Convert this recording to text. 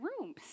rooms